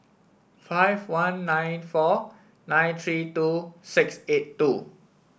five one nine four nine three two six eight two